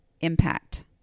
impact